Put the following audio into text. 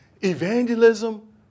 evangelism